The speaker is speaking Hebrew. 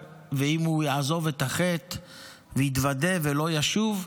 ואם הוא יעזוב את החטא ויתוודה ולא ישוב,